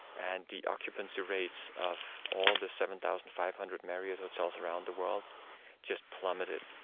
and the occupancy rates of all the seven thousand five hundred marriott hotels around the world just plummeted.